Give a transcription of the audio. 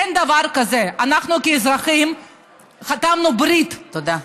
אין דבר כזה, אנחנו כאזרחים חתמנו ברית, תודה.